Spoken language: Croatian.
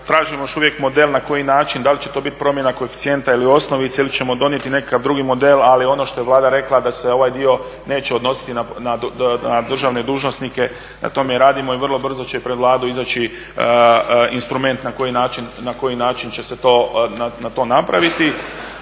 tražimo još uvijek model na koji način, da li će to biti promjena koeficijenta ili osnovice ili ćemo donijeti nekakav drugi model. Ali ono što je Vlada rekla da se ovaj dio neće odnositi na državne dužnosnike na tome radimo i vrlo brzo će pred Vladu izaći instrument na koji način će se to napraviti.